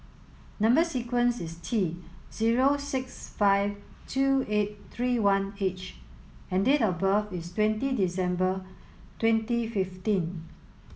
number sequence is T zero six five two eight three one H and date of birth is twenty December twenty fifteen